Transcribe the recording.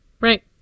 Right